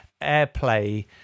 airplay